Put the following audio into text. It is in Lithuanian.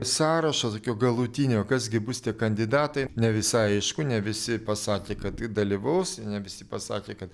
sąrašo tokio galutinio kas gi bus tie kandidatai ne visai aišku ne visi pasakė kad dalyvaus ne visi pasakė kad